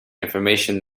information